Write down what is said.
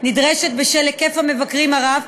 נדרשת בשל היקף המבקרים הרב,